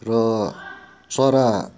र चरा